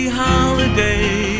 holiday